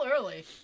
early